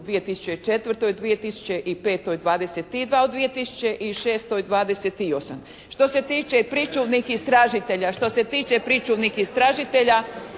u 2004., 2005. 22, u 2206. 28. Što se tiče pričuvnih istražitelja